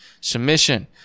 Submission